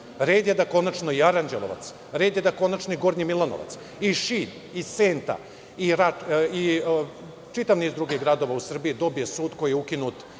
je da konačno i Aranđelovac, red je da konačno i Gornji Milanovac i Šid i Senta i čitav niz drugih gradova u Srbiji dobiju sudove koji su ukinuti